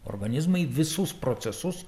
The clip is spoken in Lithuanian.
organizmai visus procesus